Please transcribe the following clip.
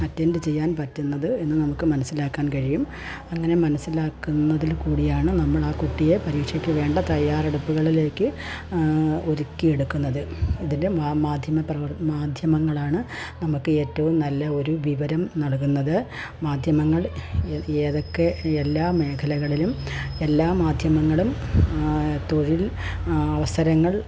attend ചെയ്യാൻ പറ്റുന്നത് എന്ന് നമുക്ക് മനസ്സിലാക്കാൻ കഴിയും അങ്ങനെ മനസ്സിലാക്കുന്നതിൽ കൂടിയാണ് നമ്മൾ ആ കുട്ടിയെ പരീക്ഷയ്ക്ക് വേണ്ട തയ്യാറെടുപ്പുകളിലേക്ക് ഒരുക്കിയെടുക്കുന്നത് ഇതിൻ്റെ മാധ്യമപ്രവർത്തകർ മാധ്യമങ്ങളാണ് നമുക്ക് ഏറ്റവും നല്ല ഒരു വിവരം നൽകുന്നത് മാധ്യമങ്ങൾ ഏത് ഏതൊക്കെ എല്ലാ മേഖലകളിലും എല്ലാ മാധ്യമങ്ങളും തൊഴിൽ അവസരങ്ങൾ